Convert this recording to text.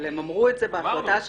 אבל הם אמרו את זה בהחלטה שלהם.